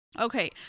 Okay